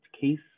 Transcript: case